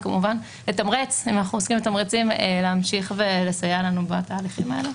וכמובן לתמרץ להמשיך לסייע לנו בתהליכים האלו.